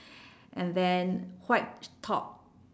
and then white top